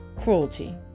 cruelty